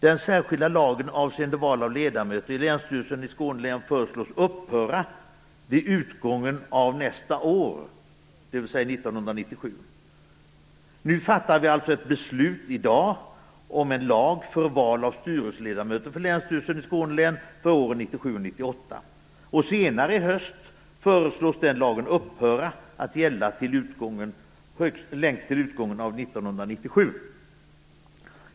Den särskilda lagen avseende val av ledamöter till länsstyrelsen i Skåne län föreslås upphöra vid utgången av nästa år, dvs. 1997. Vi fattar i dag alltså ett beslut om en lag för val av styrelseledamöter till länsstyrelsen i Skåne län för åren 1997 och 1998. Senare i höst föreslås att den lagen skall upphöra att gälla senast vid utgången av 1997.